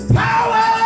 power